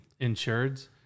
insureds